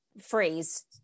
phrase